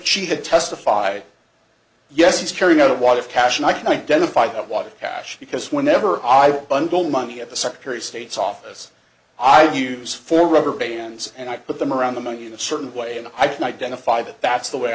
she had testified yes he's carrying out a wad of cash and i can identify that water cash because whenever i want bundle money at the secretary of state's office i use for rubber bands and i put them around the money in a certain way and i can identify that that's the way